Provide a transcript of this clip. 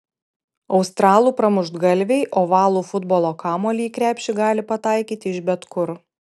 australų pramuštgalviai ovalų futbolo kamuolį į krepšį gali pataikyti iš bet kur